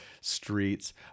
Streets